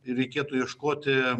ir reikėtų ieškoti